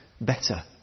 better